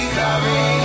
sorry